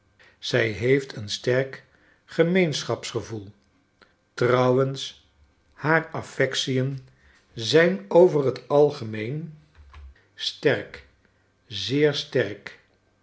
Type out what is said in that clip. zij heeft een sterk gemeenschapsgevoel trouwens haar affectien zijn over t algemeen sterk zeer sterk